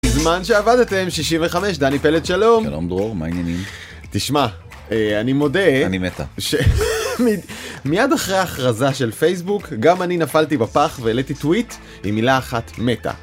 בזמן שעבדתם, שישי בחמש, דני פלד, שלום. שלום דרור, מה העניינים? תשמע, אני מודה... אני meta. מיד אחרי ההכרזה של פייסבוק, גם אני נפלתי בפח והעליתי טוויט עם מילה אחת, meta.